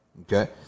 Okay